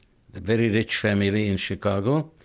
very rich family in chicago.